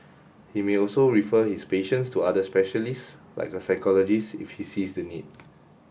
he may also refer his patients to other specialists like a psychologist if he sees the need